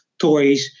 toys